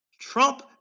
Trump